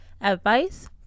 advice